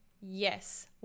Yes